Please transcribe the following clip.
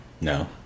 No